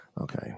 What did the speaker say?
Okay